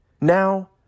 Now